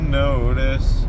notice